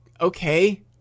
okay